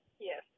Yes